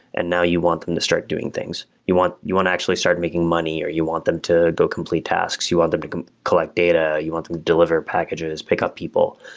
and now you want them to start doing things. you want you want to actually start making money, or you want them to go complete tasks. you want them to collect data. you want them to deliver packages, pickup people.